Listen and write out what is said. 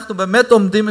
אנחנו באמת עומדים,